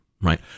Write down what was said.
right